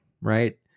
right